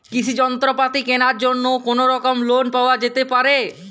কৃষিযন্ত্রপাতি কেনার জন্য কোনোরকম লোন পাওয়া যেতে পারে?